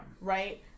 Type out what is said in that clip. Right